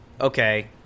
okay